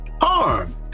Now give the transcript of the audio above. harm